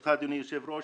ברשותך אדוני היושב ראש,